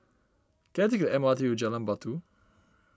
can I take the M R T to Jalan Batu